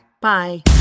Bye